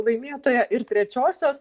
laimėtoją ir trečiosios